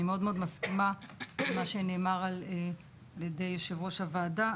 אני מאוד מסכימה עם מה שנאמר על ידי יושב-ראש הוועדה,